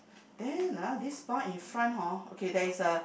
then uh this bar in front hor okay there is a